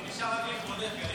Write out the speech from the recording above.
לי נשאר רק להתמודד, גלית.